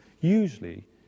usually